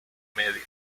medio